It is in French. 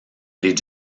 les